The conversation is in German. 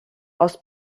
aus